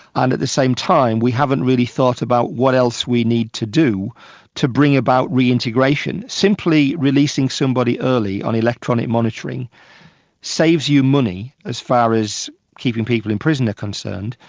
and at the same time we haven't really thought about what else we need to do to bring about reintegration. simply releasing somebody early on electronic monitoring saves you money as far as keeping people in prison are concerned,